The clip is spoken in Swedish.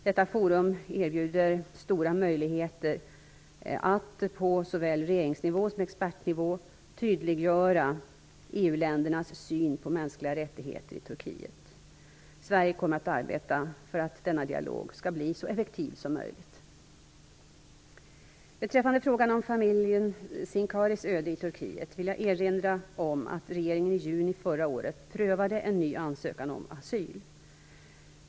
Detta forum erbjuder stora möjligheter att på såväl regeringsnivå som expertnivå tydliggöra EU-ländernas syn på mänskliga rättigheter i Turkiet. Sverige kommer att arbeta för att denna dialog skall bli så effektiv som möjligt. Turkiet vill jag erinra om att regeringen i juni förra året prövade en ny ansökan om asyl.